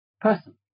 person